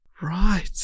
Right